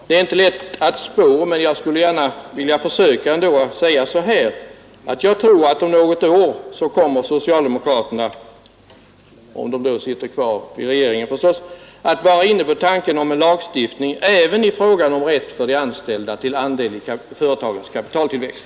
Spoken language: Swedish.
Det är inte lätt att spå, men jag skulle gärna vilja försöka och säga så här: Jag tror att om något år kommer socialdemokraterna — om de då sitter kvar i regeringsställning, förstås — att vara inne på tanken om lagstiftning även i fråga om rätt för de anställda till andel i företagens kapitaltillväxt.